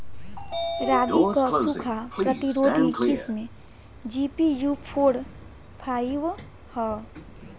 रागी क सूखा प्रतिरोधी किस्म जी.पी.यू फोर फाइव ह?